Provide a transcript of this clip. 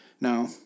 Now